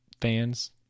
fans